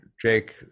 jake